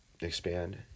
expand